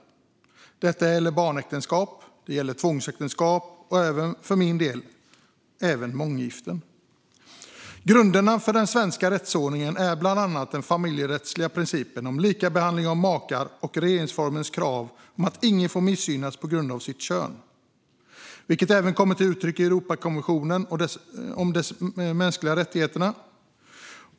Detta gäller barnäktenskap, tvångsäktenskap och, för min del, även månggiften. Grunderna för den svenska rättsordningen är bland annat den familjerättsliga principen om likabehandling av makar och regeringsformens krav på att ingen får missgynnas på grund av sitt kön, vilket även kommer till uttryck i Europakonventionen om de mänskliga rättigheterna.